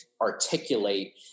articulate